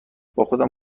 باخودم